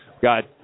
Got